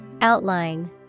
Outline